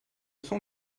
sont